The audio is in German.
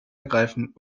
ergreifen